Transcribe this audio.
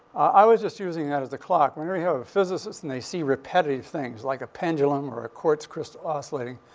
i was just using that as the clock. whenever you have a physicist and they see repetitive things like a pendulum or a quartz crystal oscillating,